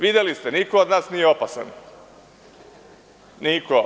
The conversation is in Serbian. Videli ste niko od nas nije opasan, niko.